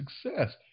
success